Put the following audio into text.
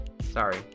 Sorry